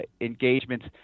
engagements